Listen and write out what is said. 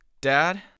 Dad